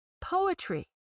poetry